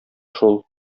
шул